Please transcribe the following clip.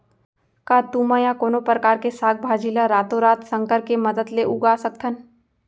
का तुमा या कोनो परकार के साग भाजी ला रातोरात संकर के मदद ले उगा सकथन?